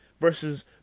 versus